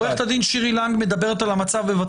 עורכת הדין שירי לנג מדברת על המצב בבתי המשפט.